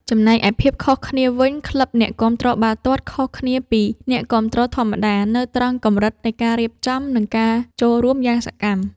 ចំណែកឯភាពខុសវិញ ក្លឹបអ្នកគាំទ្របាល់ទាត់ ខុសគ្នាពីអ្នកគាំទ្រធម្មតា នៅត្រង់កម្រិតនៃការរៀបចំ និងការចូលរួមយ៉ាងសកម្ម។